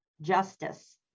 justice